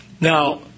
Now